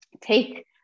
take